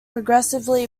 progressively